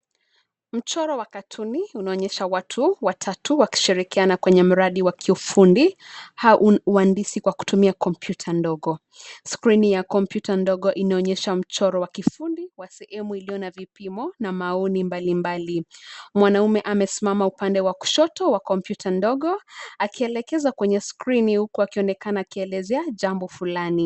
Mchoro wa katuni unaonyesha watu watatu wakishirikiana kwenye mradi wa kiufundi wa uhandisi kwa kutumia kompyuta ndogo. Skrini ya kompyuta ndogo inaonyesha mchoro wa kifundi wa sehemu iliyo na vipimo na maoni mbalimbali. Mwanaume amesimama upande wa kushoto wa kompyuta ndogo akielekeza kwenye skrini huku akionekana akielezea jambo fulani.